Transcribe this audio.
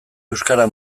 euskara